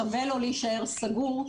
שווה לו להישאר סגור,